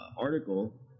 article